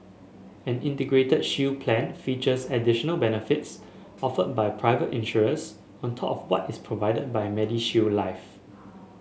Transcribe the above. an Integrated Shield Plan features additional benefits offered by private insurers on top of what is provided by MediShield Life